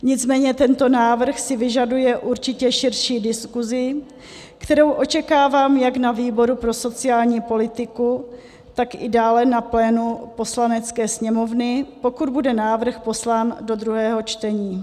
Nicméně tento návrh si vyžaduje určitě širší diskusi, kterou očekávám jak na výboru pro sociální politiku, tak i dále na plénu Poslanecké sněmovny, pokud bude návrh poslán do druhého čtení.